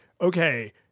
okay